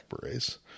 berets